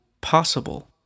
possible